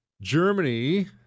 Germany